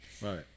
Right